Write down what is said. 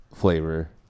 flavor